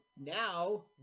Now